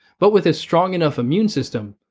but with a strong enough immune system,